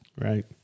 Right